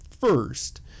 First